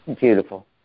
Beautiful